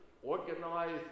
organized